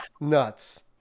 Nuts